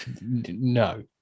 no